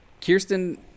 Kirsten